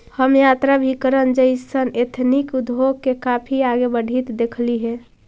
हम यात्राभिकरण जइसन एथनिक उद्योग के काफी आगे बढ़ित देखली हे